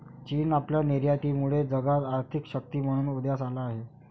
चीन आपल्या निर्यातीमुळे जगात आर्थिक शक्ती म्हणून उदयास आला आहे